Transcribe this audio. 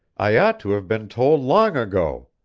i ought to have been told long ago!